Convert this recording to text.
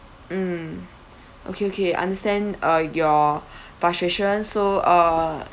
mm okay okay understand uh your frustration so uh